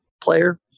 player